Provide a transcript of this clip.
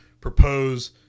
propose